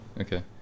Okay